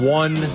one